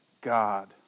God